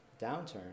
downturn